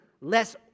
less